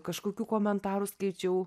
kažkokių komentarų skaičiau